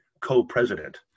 co-president